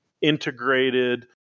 integrated